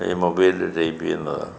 ഈ മൊബൈലിൽ ടൈപ്പ് ചെയ്യുന്നതാ